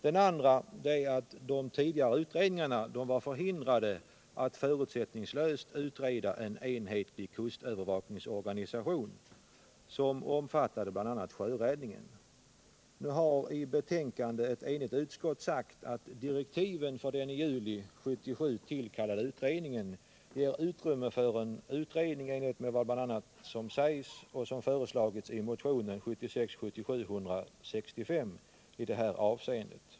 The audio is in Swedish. Den andra kommentaren är att de tidigare utredningarna var förhindrade att förutsättningslöst utreda en enhetlig kustövervakningsorganisation, som omfattade bl.a. sjöräddningen. Nu har i betänkandet ett enigt utskott sagt att direktiven för den i juli 1977 tillkallade utredningen ger utrymme för en utredning i enlighet med bl.a. vad som föreslagits i motionen 165 i detta avseende.